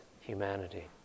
humanity